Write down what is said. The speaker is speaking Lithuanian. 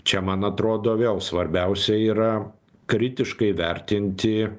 čia man atrodo vėl svarbiausia yra kritiškai vertinti